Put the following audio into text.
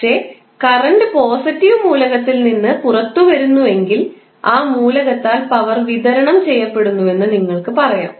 പക്ഷേ current positive മൂലകത്തിൽ നിന്ന് പുറത്തുവരുന്നു എങ്കിൽ ആ മൂലകത്താൽ പവർ വിതരണം ചെയ്യപ്പെടുന്നുവെന്ന് നിങ്ങൾക്ക് പറയാം